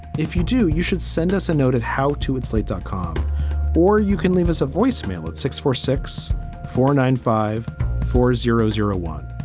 if you do, you should send us a note at how to add slate dot com or you can leave us a voicemail at six four six four nine five four zero zero one.